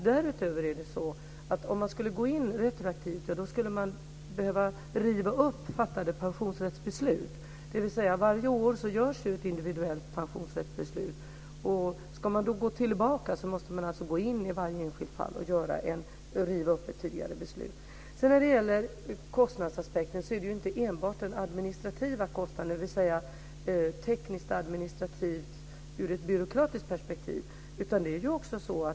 Går man in retroaktivt behöver man riva upp fattade pensionsrättsbeslut. Varje år görs ett individuellt pensionsrättsbeslut. Ska man gå tillbaka måste man gå in i varje enskilt fall och riva upp tidigare beslut. När det gäller kostnadsaspekten vill jag säga att det inte enbart gäller den administrativa kostnaden ur ett byråkratiskt perspektiv.